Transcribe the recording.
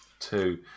Two